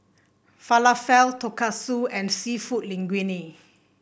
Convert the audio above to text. Falafel Tonkatsu and seafood Linguine